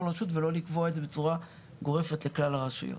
רשות ולא לקבוע את זה בצורה גורפת לכלל הרשויות.